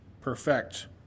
perfect